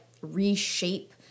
reshape